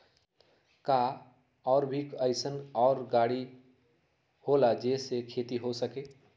का कोई और भी अइसन और गाड़ी होला जे से खेती हो सके?